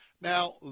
Now